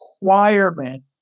requirement